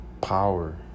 power